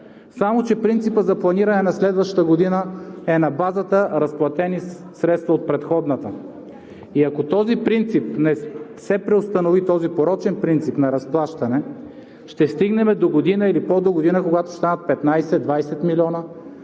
само че принципът за планиране на следващата година е на базата на разплатени средства от предходната. И ако не се преустанови този порочен принцип на разплащане, ще стигнем догодина или по-догодина, когато ще станат 15 – 20 милиона,